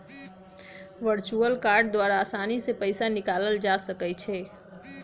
virtual card द्वारा असानी से पइसा निकालल जा सकइ छै